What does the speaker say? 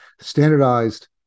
standardized